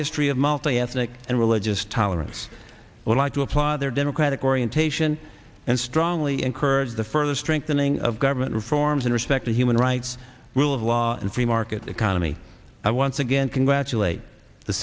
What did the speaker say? history of multi ethnic and religious tolerance or want to apply their democratic orientation and strongly encourage the further strengthening of government reforms in respect of human rights rule of law and free market economy i once again congratulate the